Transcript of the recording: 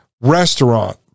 restaurant